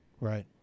Right